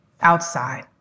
outside